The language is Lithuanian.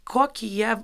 kokį jie